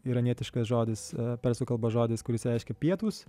iranietiškas žodis persų kalba žodis kuris reiškia pietūs